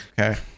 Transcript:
Okay